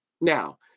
Now